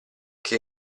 che